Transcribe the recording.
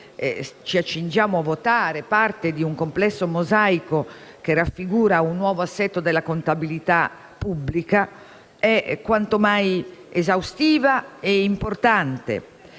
ci accingiamo a votare e che è parte di un complesso mosaico che raffigura un nuovo assetto della contabilità pubblica - è quanto mai esaustiva e importante.